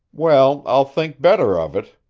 well, i'll think better of it,